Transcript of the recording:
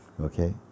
Okay